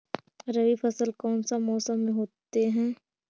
रवि फसल कौन सा मौसम में होते हैं?